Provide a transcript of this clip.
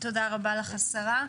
תודה רבה לך השרה.